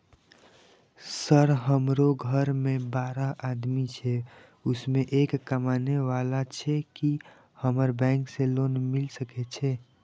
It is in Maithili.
सर हमरो घर में बारह आदमी छे उसमें एक कमाने वाला छे की हमरा बैंक से लोन मिल सके छे?